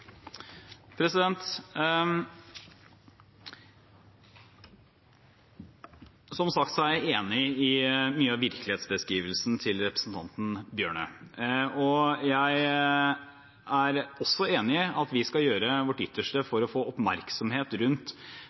jeg enig i mye av virkelighetsbeskrivelsen til representanten Tynning Bjørnø, og jeg er også enig i at vi skal gjøre vårt ytterste for å få oppmerksomhet rundt